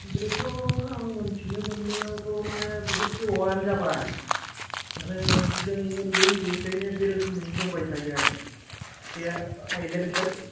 बेथ' आं मोनथिनो मोन्नायावथ' माने बहुथ गोबावानो जाबाय माने जों उन्दै उन्दैनिफ्रायनो बेरोखोमै दंबायथायो आरो बे आइलेण्ड बाय